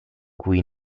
cui